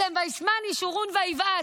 אתם "וַיִּשְׁמן יְשֻׁרוּן ויבעט".